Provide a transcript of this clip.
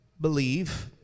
believe